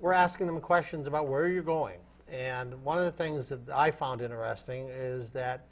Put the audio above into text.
were asking them questions about where you're going and one of the things that i found interesting is that